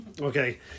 Okay